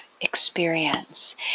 experience